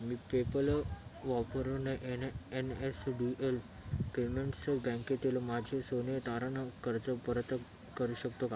मी PayPal वापरून N N S D L payments बँकेतील माझे सोने तारण कर्ज परत करू शकतो का